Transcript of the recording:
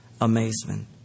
amazement